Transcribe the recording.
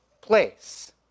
place